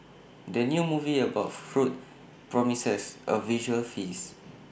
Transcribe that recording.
the new movie about food promises A visual feast